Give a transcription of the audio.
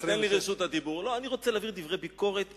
אני רוצה להעביר דברי ביקורת ענייניים,